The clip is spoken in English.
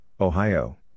Ohio